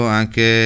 anche